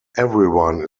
everyone